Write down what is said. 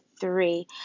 three